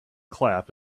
clap